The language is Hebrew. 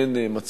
כמובן,